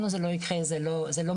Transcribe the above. לנו זה לא יקרה זו לא מדיניות.